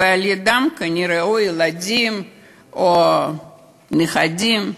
ולידם כנראה הילדים או הנכדים,